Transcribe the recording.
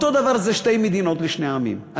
אותו דבר זה שתי מדינות לשני עמים.